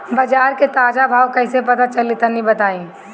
बाजार के ताजा भाव कैसे पता चली तनी बताई?